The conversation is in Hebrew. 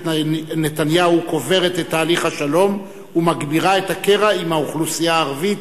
נתניהו קוברת את תהליך השלום ומגבירה את הקרע עם האוכלוסייה הערבית,